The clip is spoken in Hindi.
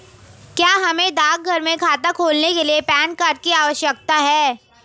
क्या हमें डाकघर में खाता खोलने के लिए पैन कार्ड की आवश्यकता है?